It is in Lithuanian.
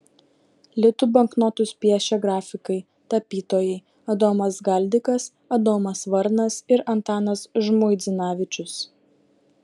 litų banknotus piešė grafikai tapytojai adomas galdikas adomas varnas ir antanas žmuidzinavičius